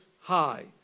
high